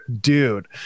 dude